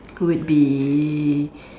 would be